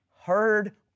heard